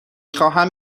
خواهم